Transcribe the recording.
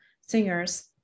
singers